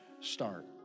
start